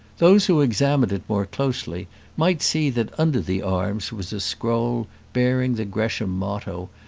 those who examined it more closely might see that under the arms was a scroll bearing the gresham motto,